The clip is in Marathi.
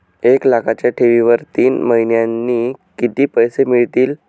एक लाखाच्या ठेवीवर तीन महिन्यांनी किती पैसे मिळतील?